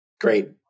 great